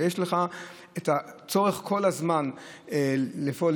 ויש לך כל הזמן צורך לפעול,